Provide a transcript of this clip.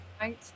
Right